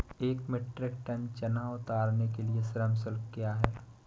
एक metric ton चना उतारने के लिए श्रम शुल्क क्या है?